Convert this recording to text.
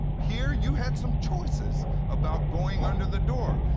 here, you had some choices about going under the door.